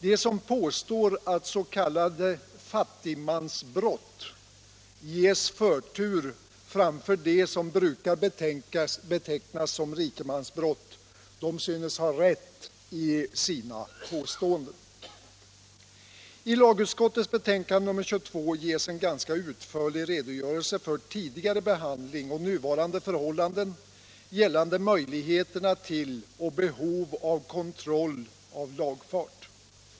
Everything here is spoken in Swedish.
De som påstår att s.k. fattigmansbrott ges förtur framför det som brukar betecknas som rikemansbrott synes ha rätt i sina påståenden. I lagutskottets betänkande nr 22 ges en ganska utförlig redogörelse för tidigare behandling och nuvarande förhållanden gällande möjligheterna till och behovet av kontroll av lagfart.